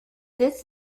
this